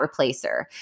replacer